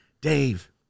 dave